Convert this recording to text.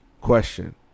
question